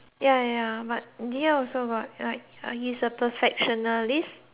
here also got like he's a perfectionist